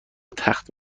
تخت